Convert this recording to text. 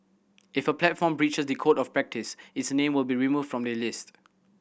if a platform breaches the Code of Practice its name will be removed from the list